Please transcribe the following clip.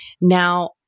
Now